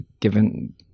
given